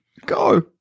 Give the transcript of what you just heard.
Go